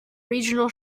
regional